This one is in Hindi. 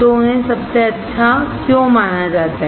तो उन्हें सबसे अच्छा क्यों माना जाता है